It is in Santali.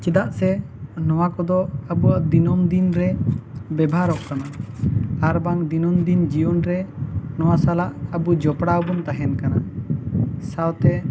ᱪᱮᱫᱟᱜ ᱥᱮ ᱱᱚᱣᱟ ᱠᱚᱫᱚ ᱟᱵᱚᱣᱟᱜ ᱫᱤᱱᱟᱹᱢ ᱫᱤᱱ ᱨᱮ ᱵᱮᱵᱷᱟᱨᱚᱜ ᱠᱟᱱᱟ ᱟᱨ ᱵᱟᱝ ᱫᱤᱱᱟᱹᱢ ᱫᱤᱱ ᱡᱤᱭᱚᱱ ᱨᱮ ᱱᱚᱣᱟ ᱥᱟᱞᱟᱜ ᱟᱵᱚ ᱡᱚᱯᱲᱟᱣ ᱵᱚᱱ ᱛᱟᱦᱮᱱ ᱠᱟᱱᱟ ᱥᱟᱶᱛᱮ